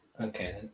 Okay